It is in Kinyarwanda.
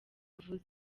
avuze